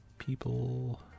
people